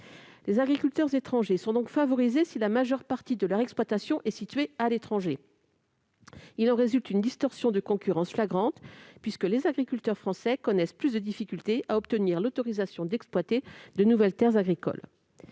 Les agriculteurs étrangers sont donc favorisés si la majeure partie de leur exploitation est située à l'étranger. Il en résulte une distorsion flagrante de concurrence puisque les agriculteurs français ont plus de difficultés à obtenir l'autorisation d'exploiter de nouvelles terres agricoles.